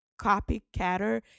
copycatter